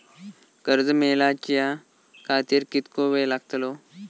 कर्ज मेलाच्या खातिर कीतको वेळ लागतलो?